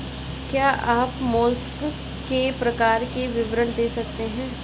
क्या आप मोलस्क के प्रकार का विवरण दे सकते हैं?